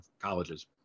colleges